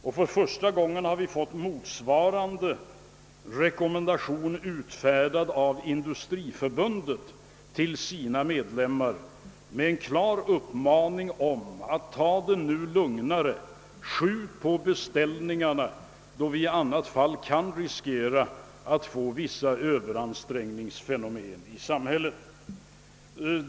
Och för första gången har Sveriges industriförbund utfärdat en motsvarande rekommendation till sina medlemmar med en klar uppmaning att ta det lugnare och skjuta på beställningarna för att undvika vissa överansträngningsfenomen.